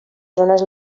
zones